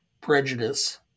prejudice